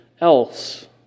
else